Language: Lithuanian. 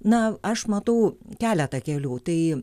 na aš matau keletą kelių tai